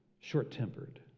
short-tempered